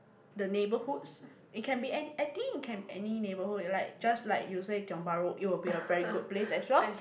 the neighbourhoods it can be an I think it can any neighbourhood like just like you say Tiong-Bahru it will be a very good place as well